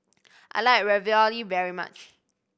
I like Ravioli very much